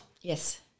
Yes